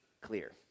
clear